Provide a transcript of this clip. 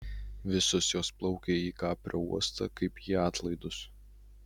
visos jos plaukia į kaprio uostą kaip į atlaidus